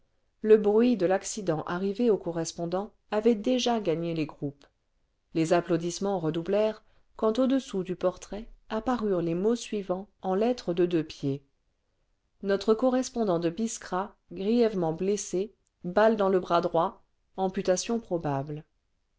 le bruit de l'accident arrivé au correspondant avait déjà gagné les groupes les applaudissements redoublèrent quand au-dessous du portrait apparurent les mots suivants en lettres de deux pieds notre correspondant de biskra grièvement blessé balle dans le bras droit amputation probable